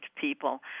people